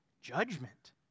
Judgment